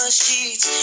sheets